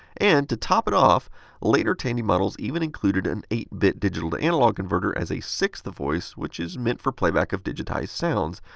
and, to top it off later tandy models even included an eight bit digital to analog converter as a sixth voice which is meant for playback of digitized sounds.